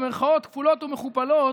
במירכאות כפולות ומכופלות,